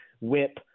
whip